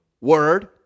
word